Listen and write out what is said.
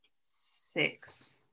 Six